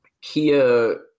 Kia